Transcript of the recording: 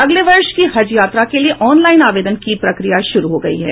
अगले वर्ष की हज यात्रा के लिये ऑनलाइन आवेदन की प्रक्रिया शुरू हो गयी है